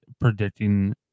predicting